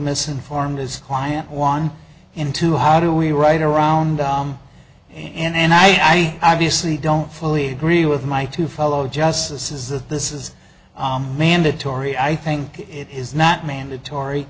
misinformed as client one into how do we write around and i obviously don't fully agree with my two fellow justices that this is mandatory i think it is not mandatory